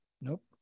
Nope